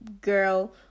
girl